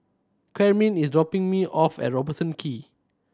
Carmine is dropping me off at Robertson Quay